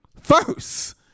First